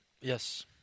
Yes